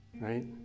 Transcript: right